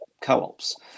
co-ops